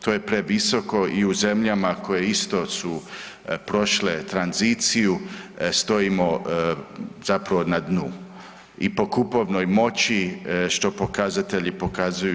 To je previsoko i u zemljama koje isto su prošle tranziciju, stojimo zapravo na dnu i po kupovnoj moći što pokazatelji pokazuju.